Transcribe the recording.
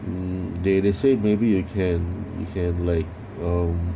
mm they they say maybe you can you can like um